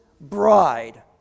bride